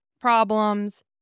problems